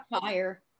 fire